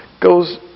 goes